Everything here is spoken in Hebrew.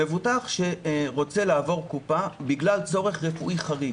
מבוטח שרוצה לעבור קופה בגלל צורך רפואי חריג